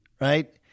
right